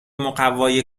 مقوای